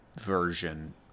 version